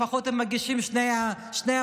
לפחות הם מגישים שני מועמדים.